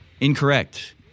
incorrect